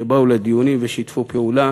שבאו לדיונים ושיתפו פעולה